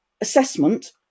assessment